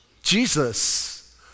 jesus